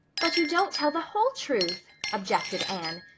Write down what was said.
but you don't tell the whole truth, objected anne.